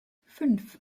fünf